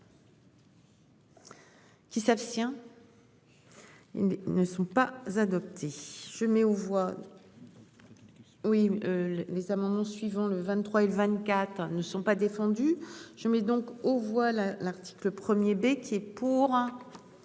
Qui s'abstient. Ils ne sont pas adoptés je mets aux voix. Oui. Les amendements suivants le 23 et le 24 ne sont pas défendus je mets donc aux voix là l'article 1er, bé qui est pour.